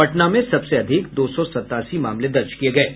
पटना में सबसे अधिक दो सौ सतासी मामले दर्ज किए गए हैं